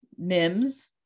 Nims